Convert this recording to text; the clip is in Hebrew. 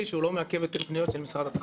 שהוא לא מעכב את הפניות של משרד התחבורה.